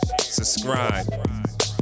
subscribe